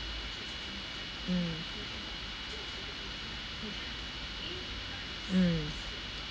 mm mm